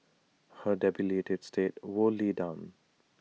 her debilitated state wore lee down